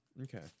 Okay